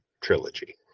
trilogy